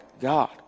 God